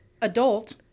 adult